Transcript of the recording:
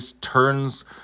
turns